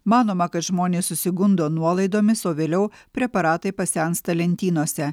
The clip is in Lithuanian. manoma kad žmonės susigundo nuolaidomis o vėliau preparatai pasensta lentynose